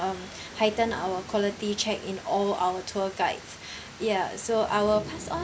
um heighten our quality check in all our tour guides ya so I will pass on